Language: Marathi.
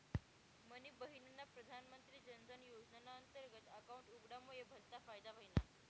मनी बहिनना प्रधानमंत्री जनधन योजनाना अंतर्गत अकाउंट उघडामुये भलता फायदा व्हयना